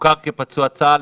והוכר כפצוע צה"ל,